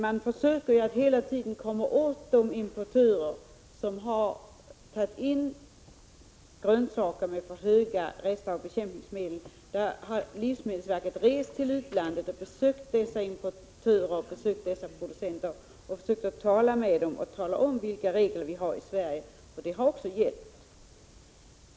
Man försöker dock hela tiden komma åt de importörer som har tagit in grönsaker med för höga resthalter av bekämpningsmedel. I sådana fall har livsmedelsverket genom resor till utlandet försökt tala om för dessa importörer och producenter vilka regler vi har i Sverige, och det har också hjälpt.